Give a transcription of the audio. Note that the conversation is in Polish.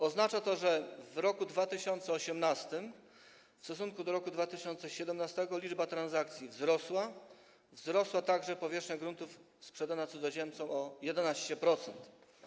Oznacza to, że w roku 2018 w stosunku do roku 2017 liczba transakcji wzrosła, wzrosła także powierzchnia gruntów sprzedana cudzoziemcom, tj. o 11%.